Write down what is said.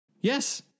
Yes